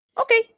Okay